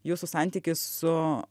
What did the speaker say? jūsų santykis su